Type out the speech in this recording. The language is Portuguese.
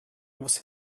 você